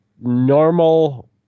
normal